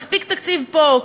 מספיק תקציב פה,